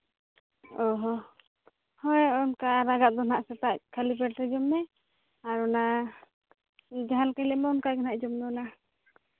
ᱚ ᱦᱚᱸ ᱦᱳᱭ ᱚᱱᱠᱟ ᱟᱨᱟᱜᱟᱜ ᱫᱚ ᱦᱟᱸᱜ ᱥᱮᱛᱟᱜ ᱠᱷᱟᱹᱞᱤ ᱯᱮᱴ ᱨᱮ ᱡᱚᱢ ᱢᱮ ᱟᱨ ᱚᱱᱟ ᱚᱱᱠᱟ ᱜᱮᱦᱟᱸᱜ ᱡᱚᱢ ᱢᱮ ᱚᱱᱟ